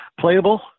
playable